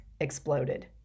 exploded